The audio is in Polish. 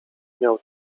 miał